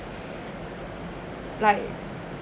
like